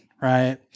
right